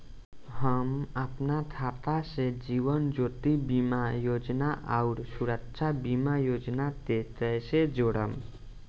हम अपना खाता से जीवन ज्योति बीमा योजना आउर सुरक्षा बीमा योजना के कैसे जोड़म?